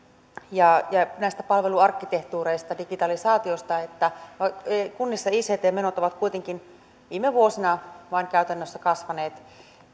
ja ja palveluarkkitehtuureista digitalisaatiosta kunnissa ict menot ovat kuitenkin viime vuosina käytännössä vain kasvaneet